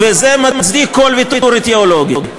וזה מצדיק כל ויתור אידיאולוגי.